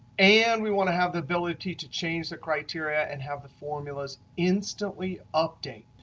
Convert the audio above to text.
and we want to have the ability to change the criteria and have the formulas instantly update.